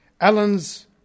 Allens